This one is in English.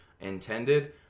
intended